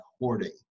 hoarding